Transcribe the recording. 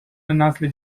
نسل